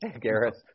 Gareth